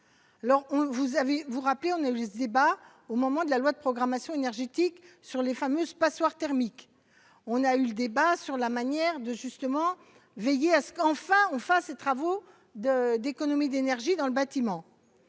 avez vous rappeler on a débat au moment de la loi de programmation énergétique sur les fameuses passoires thermiques, on a eu le débat sur la manière de justement veiller à ce qu'enfin on fasse ses travaux de d'économie d'énergie dans le bâtiment,